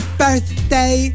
birthday